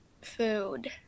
food